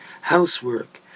Housework